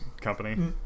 company